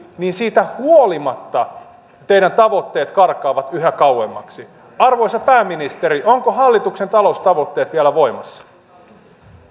niin siitä huolimatta teidän tavoitteenne karkaavat yhä kauemmaksi arvoisa pääministeri ovatko hallituksen taloustavoitteet vielä voimassa